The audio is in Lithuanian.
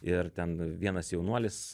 ir ten vienas jaunuolis